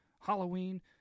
Halloween